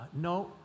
No